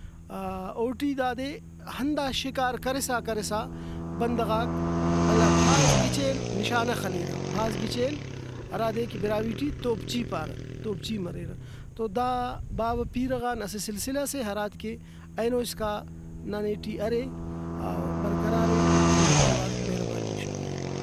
ءَ اوٹی دادے ہندا شکار کرسا کرسا بندغاک ولا بھاز گچین نشانہ خلیرہ بھاز گچین ہرادے براہوئی ٹی توپچی پارہ تو پچی مریرہ تو دا باوہ پیرہ غان اسہ سلسلہ سے ہراد کہ اینو اسکا ننے ٹی ارے او برقرارے ہنداڑتو اوار مہربانی شکریہ نما